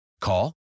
Call